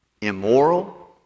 immoral